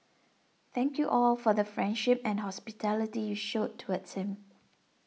thank you all for the friendship and hospitality you showed towards him